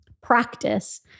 practice